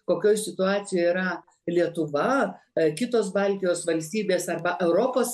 kokioj situacijoj yra lietuva ar kitos baltijos valstybės arba europos